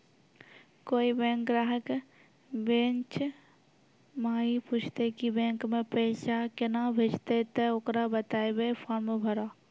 कोय बैंक ग्राहक बेंच माई पुछते की बैंक मे पेसा केना भेजेते ते ओकरा बताइबै फॉर्म भरो